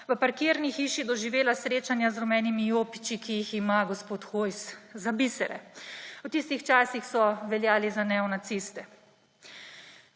v parkirni hiši doživela srečanje z rumenimi jopiči, ki jih ima gospod Hojs za bisere – v tistih časih so veljali za neonaciste.